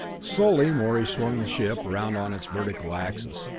slowly morey swung the ship around on its vertical axis.